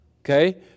okay